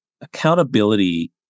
accountability